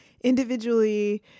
individually